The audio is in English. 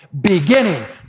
beginning